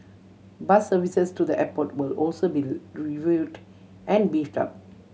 bus services to the airport will also be reviewed and beefed up